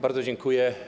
Bardzo dziękuję.